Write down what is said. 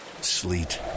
sleet